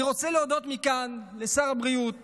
אני רוצה להודות מכאן לשר הבריאות